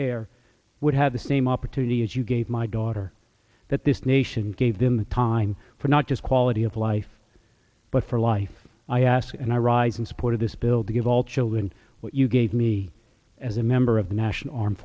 care would have the same opportunity as you gave my daughter that this nation gave them the time for not just quality of life but for life i ask and i rise in support of this bill to give all children what you gave me as a member of the national armed